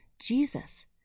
Jesus